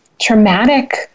traumatic